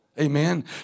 Amen